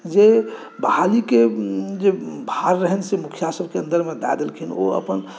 जे बहालीके जे भार रहनि से मुखिआ सभके अन्दरमे दै देलखिन ओ अपन